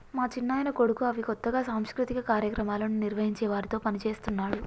మా చిన్నాయన కొడుకు అవి కొత్తగా సాంస్కృతిక కార్యక్రమాలను నిర్వహించే వారితో పనిచేస్తున్నాడు